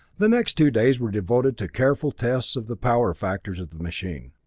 the next two days were devoted to careful tests of the power factors of the machine,